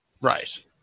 Right